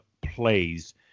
plays